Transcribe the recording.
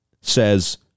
says